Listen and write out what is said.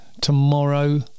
tomorrow